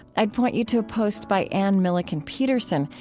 i'd point you to a post by ann milliken pederson.